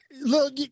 Look